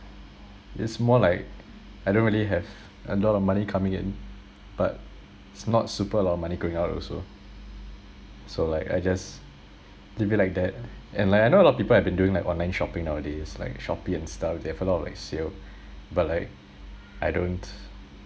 it's more like I don't really have a lot of money coming in but it's not super a lot of money going out also so like I just leave it like that and like I know a lot of people have been doing like online shopping nowadays like shopee and stuff they have a lot of like sale but like I don't